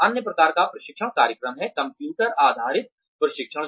अन्य प्रकार का प्रशिक्षण कार्यक्रम है कंप्यूटर आधारित प्रशिक्षण